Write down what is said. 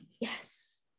Yes